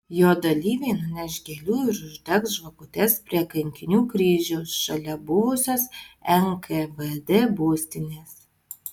jo dalyviai nuneš gėlių ir uždegs žvakutes prie kankinių kryžiaus šalia buvusios nkvd būstinės